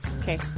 Okay